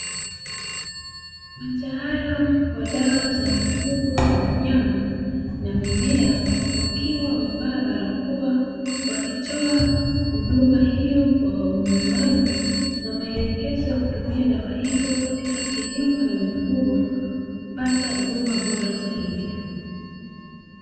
Wataalamu wa dawa za mifugo na wanyama na mimea wakiwa wamevaa barakoa wakitoa huduma hiyo kwa wanunuaji na maelekezo ya kutumia dawa hizo katika kilimo na mifugo kupata huduma bora zaidi.